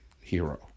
hero